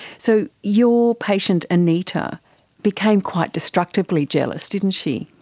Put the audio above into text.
so your patient anita became quite destructively jealous, didn't she.